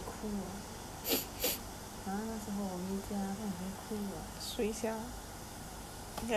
ha 不懂谁哭啊 !huh! 什么我回家不懂谁哭啊